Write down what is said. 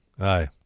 Aye